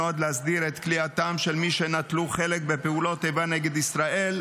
נועד להסדיר את כליאתם של מי שנטלו חלק בפעולות איבה נגד ישראל,